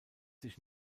sich